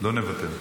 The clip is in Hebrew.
לא נוותר.